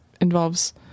involves